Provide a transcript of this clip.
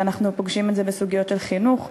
ואנחנו פוגשים את זה בסוגיות של חינוך,